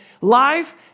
life